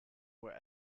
were